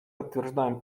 подтверждаем